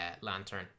Lantern